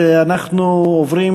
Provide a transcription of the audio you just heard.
בועז טופורובסקי,